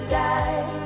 die